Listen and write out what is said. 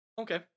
Okay